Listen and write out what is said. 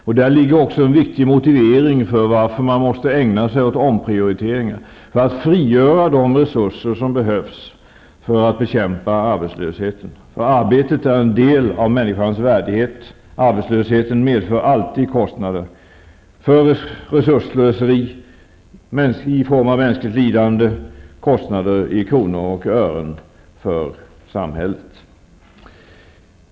Och där ligger också en viktig motivering till att man måste ägna sig åt omprioriteringar, nämligen för att frigöra de resurser som behövs för att bekämpa arbetslösheten. Arbetet är en del av människans värdighet. Arbetslösheten medför alltid kostnader -- i form av resursslöseri, mänskligt lidande och kronor och ören för samhället.